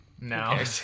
No